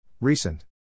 Recent